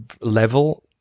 level